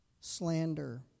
slander